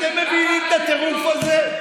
אתם מבינים את הטירוף הזה?